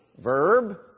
Verb